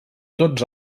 tots